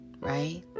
Right